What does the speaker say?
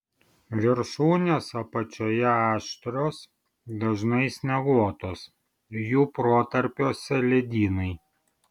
viršūnės apačioje aštrios dažnai snieguotos jų protarpiuose ledynai